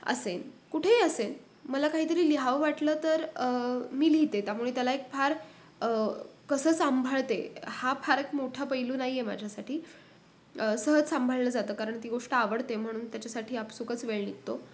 असेन कुठेही असेन मला काहीतरी लिहावं वाटलं तर मी लिहिते त्यामुळे त्याला एक फार कसं सांभाळते हा फार एक मोठा पैलू नाही आहे माझ्यासाठी सहज सांभाळलं जातं कारण ती गोष्ट आवडते म्हणून त्याच्यासाठी आपसुकच वेळ निघतो